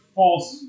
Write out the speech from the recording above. false